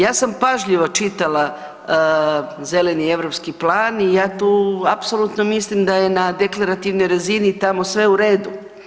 Ja sam pažljivo čitala Zeleni europski plan i ja tu apsolutno mislim da je na deklarativnoj razini tamo sve u redu.